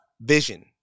vision